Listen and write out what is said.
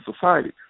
society